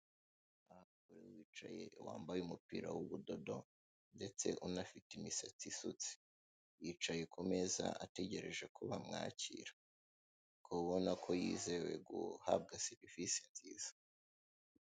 Aha hari umugore wicaye wambaye umupira w'ubudodo ndetse unafite imisatsi isutse, yicaye ku meza ategereje ko bamwakira ukaba ubona ko yizewe guhabwa serivise nziza.